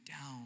down